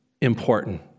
important